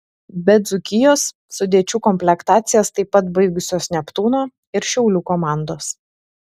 be dzūkijos sudėčių komplektacijas taip pat baigusios neptūno ir šiaulių komandos